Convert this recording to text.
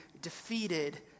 defeated